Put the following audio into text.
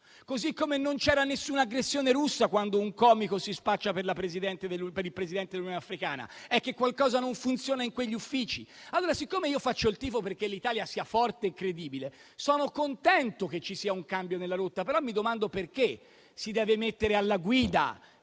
Così come non c'era nessuna aggressione russa quando un comico si spaccia per il presidente dell'Unione africana, è che qualcosa non funziona in quegli uffici. Allora, siccome io faccio il tifo perché l'Italia sia forte e credibile, sono contento che ci sia un cambio nella rotta, però mi domando perché si deve mettere alla guida